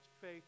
faith